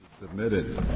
Submitted